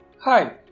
Hi